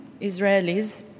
Israelis